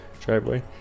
driveway